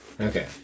Okay